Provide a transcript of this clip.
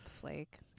Flake